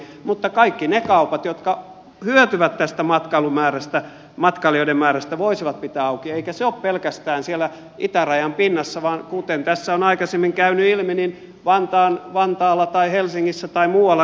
mutta kaikki ne kaupat jotka hyötyvät tästä matkailijoiden määrästä voisivat pitää auki eikä se ole pelkästään siellä itärajan pinnassa vaan kuten tässä on aikaisemmin käynyt ilmi vantaalla tai helsingissä tai muualla